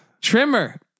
trimmer